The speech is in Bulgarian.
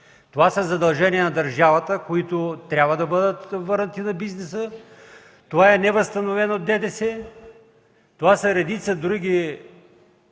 Това са задължения на държавата, които трябва да бъдат върнати на бизнеса. Това е невъзстановено ДДС, това са редица други